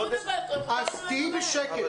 תהיי בשקט.